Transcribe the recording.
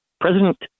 President